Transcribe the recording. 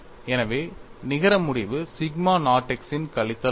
எனவே நிகர முடிவு சிக்மா நாட் x இன் கழித்தல் ஆகும்